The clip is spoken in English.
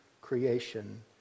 creation